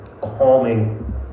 calming